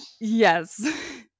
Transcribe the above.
Yes